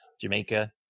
jamaica